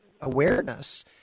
awareness